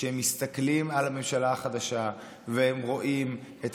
כשהם מסתכלים על הממשלה החדשה והם רואים את